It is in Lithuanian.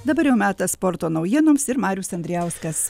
dabar jau metas sporto naujienoms ir marius andrijauskas